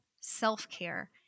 self-care